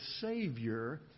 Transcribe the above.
Savior